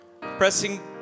Pressing